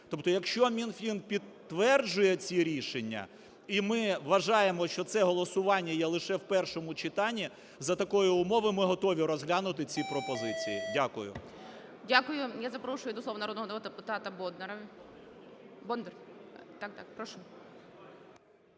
Тобто якщо Мінфін підтверджує ці рішення, і ми вважаємо, що це голосування є лише в першому читанні, за такої умови ми готові розглянути ці пропозиції. Дякую. ГОЛОВУЮЧИЙ. Дякую. Я запрошую до слова народного депутата Боднара… Бондар – так-так! Прошу.